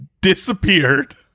disappeared